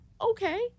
okay